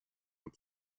nous